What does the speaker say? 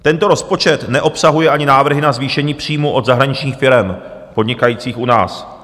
Tento rozpočet neobsahuje ani návrhy na zvýšení příjmů od zahraničních firem podnikajících u nás.